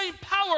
power